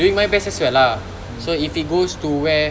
doing my best as well ah so if it goes to where